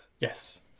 Yes